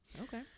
Okay